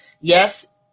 Yes